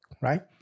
right